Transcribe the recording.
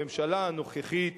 הממשלה הנוכחית